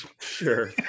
sure